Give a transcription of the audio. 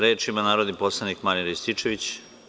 Reč ima narodni poslanik Marijan Rističević.